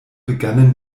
begannen